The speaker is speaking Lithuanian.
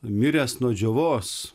miręs nuo džiovos